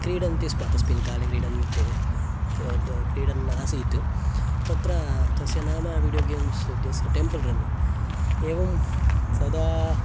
क्रीडन्ति स्म तस्मिन् काले क्रीडन्ति क्रीडन् आसीत् तत्र तस्य नाम वीडियोगेम्स् इत्यस्य टेम्पल् रन् इति एवं सदा